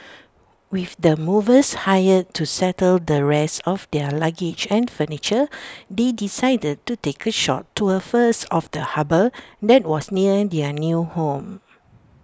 with the movers hired to settle the rest of their luggage and furniture they decided to take A short tour first of the harbour that was near their new home